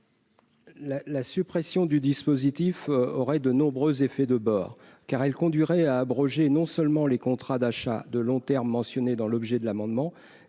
La suppression de l'article 17 aurait de nombreux effets de bord. D'une part, elle conduirait à abroger non seulement les contrats d'achat de long terme, mentionnés dans l'objet de l'amendement,